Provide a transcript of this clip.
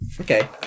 Okay